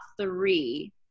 three